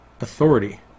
authority